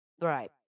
right